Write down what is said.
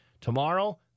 tomorrow